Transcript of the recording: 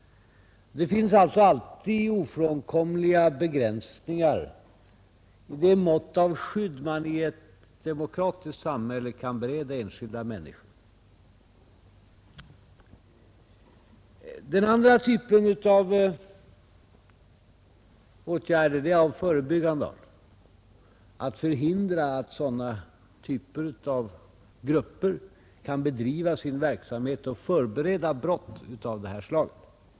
Det finns alltså alltid ofrånkomliga begränsningar i det mått av skydd man i ett demokratiskt samhälle kan bereda enskilda människor. Den andra typen av åtgärder är av förebyggande art. Det gäller att förhindra att sådana här grupper kan bedriva sin verksamhet och förbereda brott av detta slag.